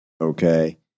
okay